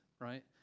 right